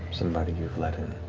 somebody you've let in.